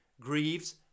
grieves